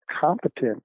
competent